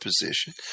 position